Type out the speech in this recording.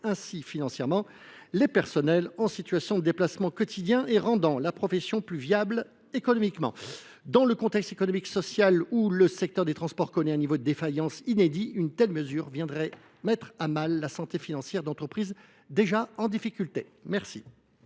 financièrement les salariés qui se déplacent au quotidien et rend la profession plus viable économiquement. Dans le contexte socio économique actuel, où le secteur des transports connaît un niveau de défaillances inédit, une telle rétroactivité viendrait mettre à mal la santé financière d’entreprises déjà en difficulté. La